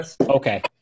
Okay